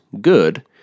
good